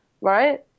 right